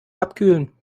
abkühlen